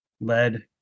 lead